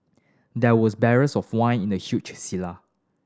there was barrels of wine in the huge cellar